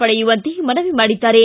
ಪಡೆಯುವಂತೆ ಮನವಿ ಮಾಡಿದ್ದಾರೆ